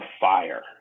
fire